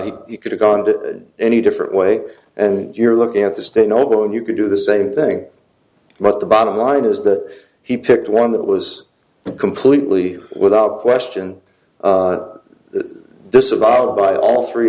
granted he could have gone that any different way and you're looking at the stay no go and you could do the same thing but the bottom line is that he picked one that was completely without question that disavowed by all three